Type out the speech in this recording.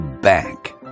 Bank